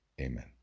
Amen